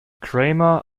cramer